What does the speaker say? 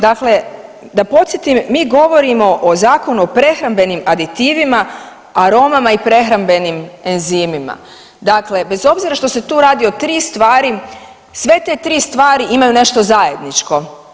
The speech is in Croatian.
Dakle, da podsjetim mi govorimo o Zakonu o prehrambenim aditivima, aromama i prehrambenim enzimima, dakle bez obzira što se tu radi o 3 stvari, sve te 3 stvari imaju nešto zajedničko.